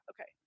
Okay